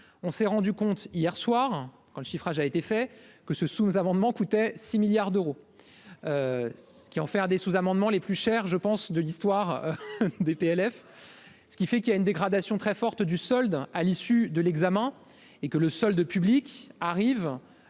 on s'est rendu compte hier soir quand le chiffrage a été fait que ce sous nos amendements coûtait 6 milliards d'euros, ce qui en fait des sous-amendements les plus cher je pense de l'histoire du PLF, ce qui fait qu'il y a une dégradation très forte du solde, à l'issue de l'examen, et que le solde public arrive